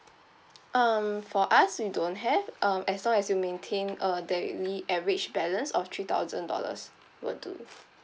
um for us we don't have um as long as you maintain a daily average balance of three thousand dollars will do